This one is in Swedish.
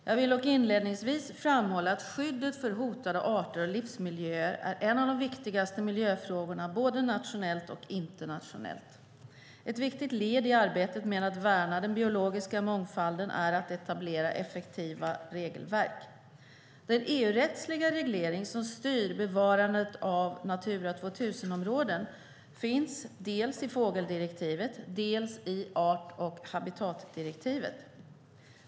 Jag vill dock inledningsvis framhålla att skyddet för hotade arter och livsmiljöer är en av de viktigaste miljöfrågorna både nationellt och internationellt. Ett viktigt led i arbetet med att värna den biologiska mångfalden är att etablera effektiva regelverk. Den EU-rättsliga reglering som styr bevarandet av Natura 2000-områden finns dels i fågeldirektivet, dels i art och habitatdirektivet.